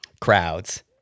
crowds